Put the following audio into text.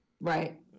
Right